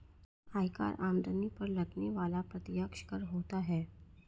आयकर आमदनी पर लगने वाला प्रत्यक्ष कर होता है